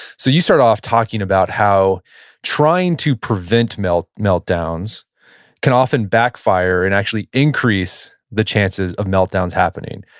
so, you started off talking about how trying to prevent meltdowns meltdowns can often backfire and actually increase the chances of meltdowns happening,